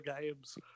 games